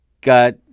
got